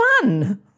fun